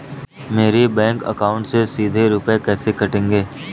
मेरे bank account से सीधे रुपए कैसे कटेंगे?